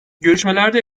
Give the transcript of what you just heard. görüşmelerde